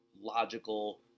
logical